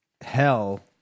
hell